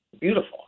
beautiful